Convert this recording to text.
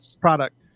product